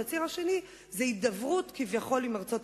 והציר השני הוא הידברות עם ארצות-הברית,